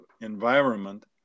environment